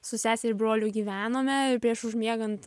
su sese ir broliu gyvenome ir prieš užmiegant